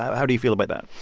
how do you feel about that?